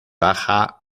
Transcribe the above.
baja